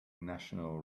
national